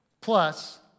plus